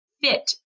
fit